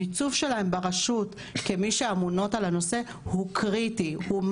המיצוב שלהן ברשות כמי שאמונות על הנושא הוא קריטי והוא